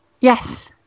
yes